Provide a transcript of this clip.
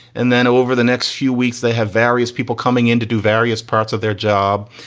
and then over the next few weeks, they have various people coming in to do various parts of their job.